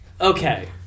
Okay